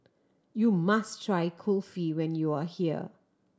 you must try Kulfi when you are here